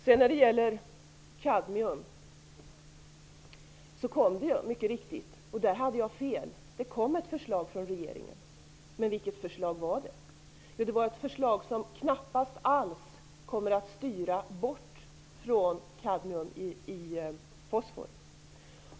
Det kom mycket riktigt ett förslag om kadmium från regeringen. Där hade jag fel. Det kom ett förslag, men vilket förslag var det? Det var ett förslag som knappast alls kommer att styra bort från kadmium.